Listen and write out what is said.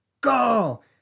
go